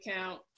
account